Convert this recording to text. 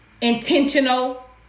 intentional